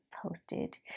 posted